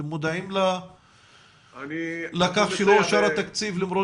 אתם מודעים לכך שלא אושר התקציב למרות